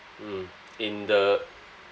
mm in the